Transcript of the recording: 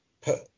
put